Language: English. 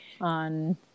on